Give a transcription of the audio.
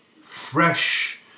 fresh